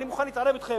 אני מוכן להתערב אתכם,